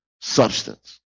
substance